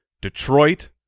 Detroit